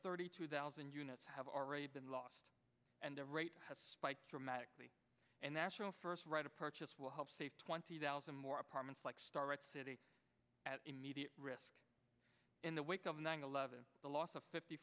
thirty two thousand units have already been lost and the rate has spiked dramatically and the show first write a purchase will help save twenty thousand more apartments like start city at immediate risk in the wake of nine eleven the loss of fifty